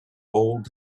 old